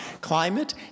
climate